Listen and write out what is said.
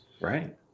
right